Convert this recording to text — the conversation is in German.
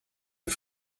der